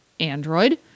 Android